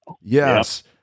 Yes